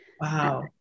Wow